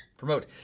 promote.